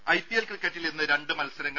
രും ഐപിഎൽ ക്രിക്കറ്റിൽ ഇന്ന് രണ്ട് മത്സരങ്ങൾ